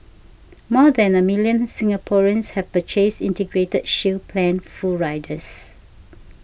more than a million Singaporeans have purchased Integrated Shield Plan full riders